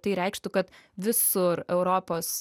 tai reikštų kad visur europos